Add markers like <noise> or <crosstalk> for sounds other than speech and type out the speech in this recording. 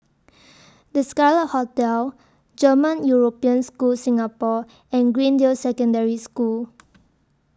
<noise> The Scarlet Hotel German European School Singapore and Greendale Secondary School <noise>